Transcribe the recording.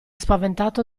spaventato